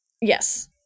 Yes